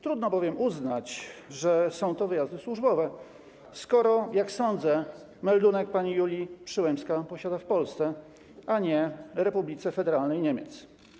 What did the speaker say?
Trudno bowiem uznać, że są to wyjazdy służbowe, skoro, jak sądzę, meldunek pani Julia Przyłębska posiada w Polsce, a nie w Republice Federalnej Niemiec.